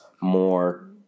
more